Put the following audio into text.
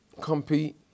compete